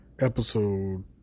episode